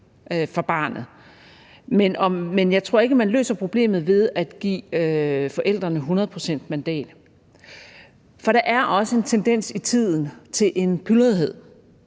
fra barnet. Men jeg tror ikke, at man løser problemet ved at give forældrene hundrede procent mandat, for der er også en tendens i tiden til en pyldrethed,